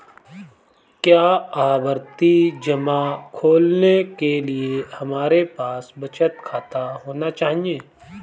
क्या आवर्ती जमा खोलने के लिए हमारे पास बचत खाता होना चाहिए?